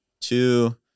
two